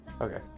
Okay